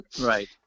Right